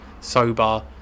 sober